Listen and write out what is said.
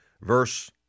verse